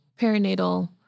perinatal